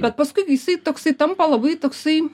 bet paskui jisai toksai tampa labai toksai